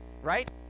right